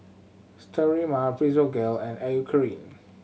Sterimar Physiogel and Eucerin